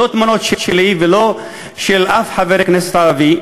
לא תמונות שלי ולא של אף חבר כנסת ערבי,